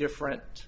different